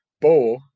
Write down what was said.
Bo